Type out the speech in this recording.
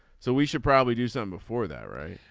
so we should probably do some before that. right.